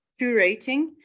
curating